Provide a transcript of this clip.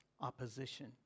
opposition